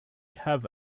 have